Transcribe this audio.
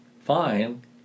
fine